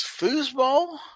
Foosball